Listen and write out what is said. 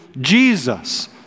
Jesus